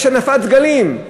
יש הנפת דגלים.